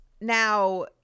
Now